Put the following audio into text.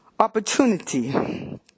Opportunity